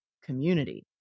Community